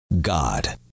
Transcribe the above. God